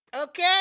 Okay